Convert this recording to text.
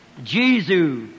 Jesus